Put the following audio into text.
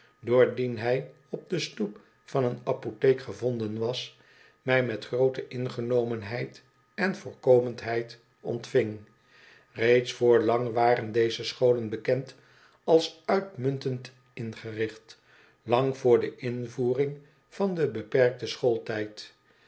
doordien hij op de stoep van een apotheek gevonden was mij met groote ingenomenheid en voorkomendheid ontving reeds vr lang waren deze scholen bekend als uitmuntend ingericht lang vr de invoering van den beperkten schooltijd